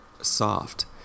soft